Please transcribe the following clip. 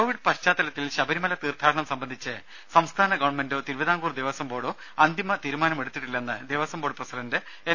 Covid പശ്ചാത്തലത്തിൽ ശബരിമല തീർത്ഥാടനം സംബന്ധിച്ച് സംസ്ഥാന ഗവൺമെന്റോ തിരുവിതാംകൂർ ദേവസ്വം ബോർഡോ അന്തിമ തീരുമാനമെടുത്തിട്ടില്ലെന്ന് ദേവസ്വം ബോർഡ് പ്രസിഡന്റ് എൻ